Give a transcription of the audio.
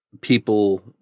people